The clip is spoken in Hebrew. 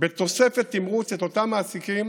בתוספת תמרוץ את אותם מעסיקים